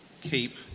Keep